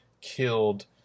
killed